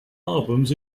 albums